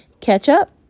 ketchup